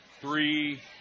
three